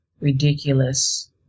ridiculous